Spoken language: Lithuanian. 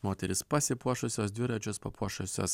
moterys pasipuošusios dviračius papuošusios